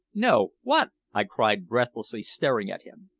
no. what? i cried breathlessly, staring at him.